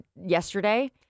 yesterday